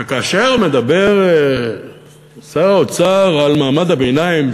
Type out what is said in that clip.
וכאשר שר האוצר מדבר על מעמד הביניים,